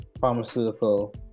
pharmaceutical